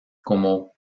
como